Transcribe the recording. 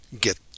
get